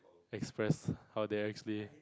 express how do I actually